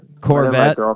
Corvette